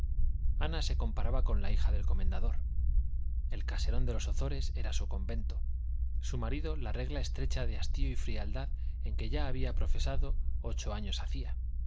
ana se comparaba con la hija del comendador el caserón de los ozores era su convento su marido la regla estrecha de hastío y frialdad en que ya había profesado ocho años hacía